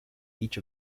each